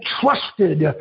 trusted